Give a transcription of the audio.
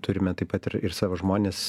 turime taip pat ir ir savo žmones